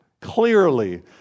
Clearly